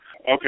Okay